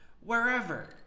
wherever